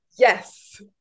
Yes